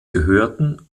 gehörten